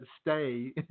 stay